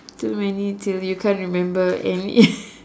too many till you can't remember any